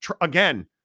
again